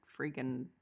freaking